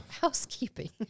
housekeeping